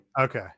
Okay